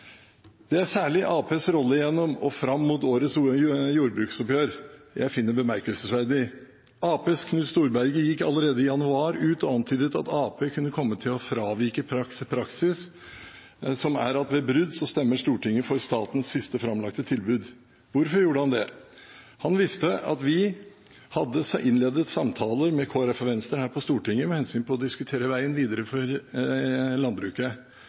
Det er særlig Arbeiderpartiets rolle fram mot årets jordbruksoppgjør jeg finner bemerkelsesverdig. Arbeiderpartiets Knut Storberget gikk allerede i januar ut og antydet at Arbeiderpartiet kunne komme til å fravike praksis, som er at ved brudd så stemmer Stortinget for statens siste framlagte tilbud. Hvorfor gjorde han det? Han visste at vi hadde innledet samtaler med Kristelig Folkeparti og Venstre her på Stortinget for å diskutere veien videre for landbruket.